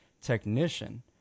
technician